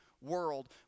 world